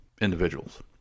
individuals